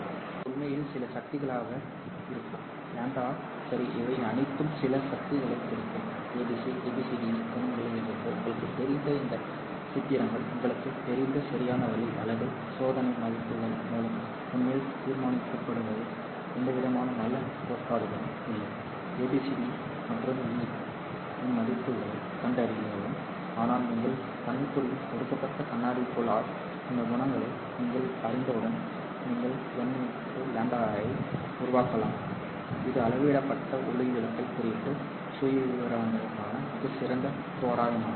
இது உண்மையில் சில சக்திகளாக இருக்கும் λ சரி இவை அனைத்தும் சில சக்திகளைப் பெருக்கும் ABC ABCDE குணகங்களிலிருந்து உங்களுக்குத் தெரிந்த இந்த சூத்திரங்கள் உங்களுக்குத் தெரிந்த சரியான வழி அல்லது சோதனை மதிப்புகள் மூலம் உண்மையில் தீர்மானிக்கப்படுவது எந்தவிதமான நல்ல கோட்பாடுகளும் இல்லை ABCD மற்றும் E இன் மதிப்புகளைக் கண்டறியவும் ஆனால் நீங்கள் பணிபுரியும் கொடுக்கப்பட்ட கண்ணாடி குழாய் இந்த குணகங்களை நீங்கள் அறிந்தவுடன் நீங்கள் n λ ஐ உருவாக்கலாம் இது அளவிடப்பட்ட ஒளிவிலகல் குறியீட்டு சுயவிவரத்திற்கான மிகச் சிறந்த தோராயமாகும்